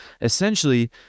essentially